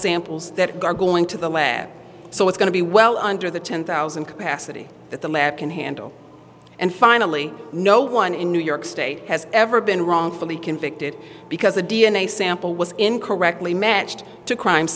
samples that are going to the lab so it's going to be well under the ten thousand capacity that the map can handle and finally no one in new york state has ever been wrongfully convicted because a d n a sample was incorrectly matched to crime